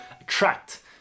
attract